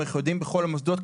אנחנו יודעים בכל המוסדות,